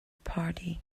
party